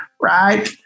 right